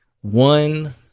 one